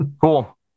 Cool